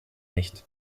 nicht